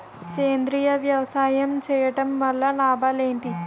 సేంద్రీయ వ్యవసాయం చేయటం వల్ల లాభాలు ఏంటి?